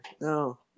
no